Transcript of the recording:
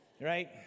Right